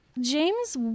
James